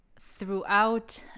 throughout